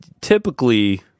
typically